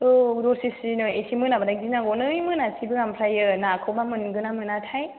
औ दरसिसि नो इसे मोनाबाथाय गिनांगौ नै मोनासैबो ओमफ्राय नाखौबा मोनगोनना मोनाथाय